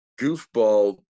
goofball